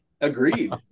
agreed